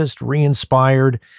re-inspired